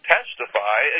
Testify